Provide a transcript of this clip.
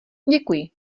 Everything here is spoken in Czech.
děkuji